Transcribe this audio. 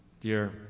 dear